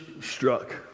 struck